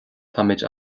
táimid